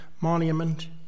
monument